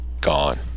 gone